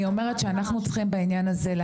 אני אומרת שאנחנו צריכים בעניין הזה,